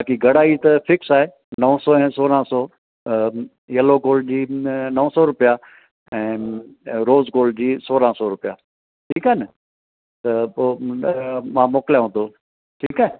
बाक़ी घड़ाई त फिक्स आहे नव सौ ऐं सोरहं सौ त यैलो गोल्ड जी न नव सौ रुपया ऐं रोज़ गोल्ड जी सोरहं सौ रुपया ठीकु आहे न त पोइ मां मोकलियांव तो ठीकु आहे